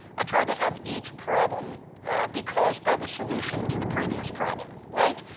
i tried to have each problem be caused by the solution to the previous problem. like,